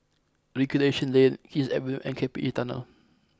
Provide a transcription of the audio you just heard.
Recreation Lane King's Avenue and K P E Tunnel